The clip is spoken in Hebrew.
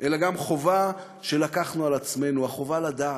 אלא גם חובה שלקחנו על עצמנו, החובה לדעת,